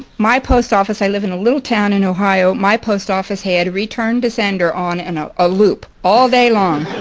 my post office, i live in a little town in ohio, my post office had return to sender on and ah a loop all day long.